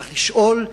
צריך לשאול,